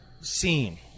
scene